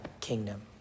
kingdom